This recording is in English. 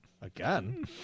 again